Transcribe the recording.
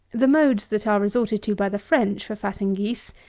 the modes that are resorted to by the french for fatting geese,